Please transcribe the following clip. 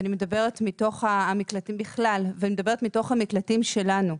ואני מדברת מתוך המקלטים בכלל ומתוך המקלטים שלנו,